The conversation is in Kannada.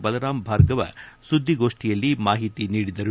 ಬಲರಾಂ ಭಾರ್ಗವ ಸುದ್ದಿಗೋಷ್ನಿಯಲ್ಲಿ ಮಾಹಿತಿ ನೀಡಿದರು